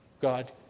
God